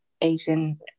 Asian